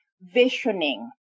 visioning